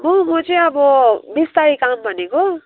म म चाहिँ अब बिस तारिख आउँ भनेको